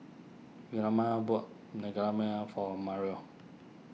Vilma bought Naengmyeon for Marrion